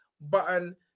button